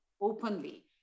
openly